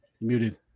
Muted